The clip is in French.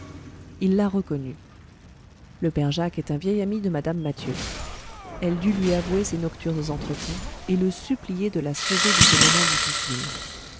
il la reconnut le père jacques est un vieil ami de mme mathieu elle dut lui avouer ses nocturnes entretiens et le supplier de la sauver en ce moment difficile